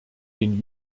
den